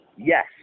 Yes